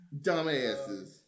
Dumbasses